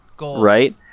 right